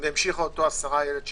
והמשיכה אותו השרה אילת שקד.